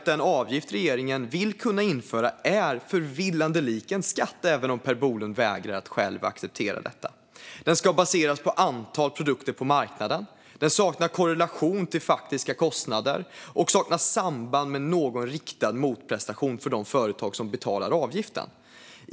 Den avgift regeringen vill införa är förvillande lik en skatt, även om Per Bolund vägrar att acceptera det. Den ska baseras på antal produkter på marknaden och den saknar korrelation till faktiska kostnader och samband med någon riktad motprestation för de företag som ska betala avgiften.